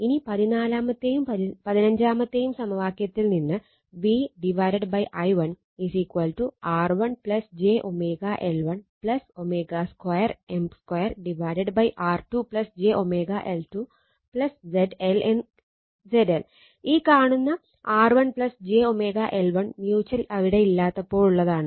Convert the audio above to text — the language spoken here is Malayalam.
ഇനി 14 മത്തേയും 15 മത്തേയും സമവാക്യത്തിൽ നിന്ന് V i1 R1 j L1 2 M2 R2 j L2 ZL ഈ കാണുന്ന R1 j L1 മ്യൂച്ചൽ അവിടെ ഇല്ലാത്തപ്പോഴുള്ളതാണ്